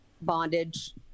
bondage